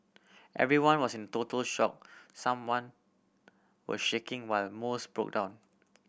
everyone was in total shock someone were shaking while most broke down